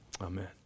Amen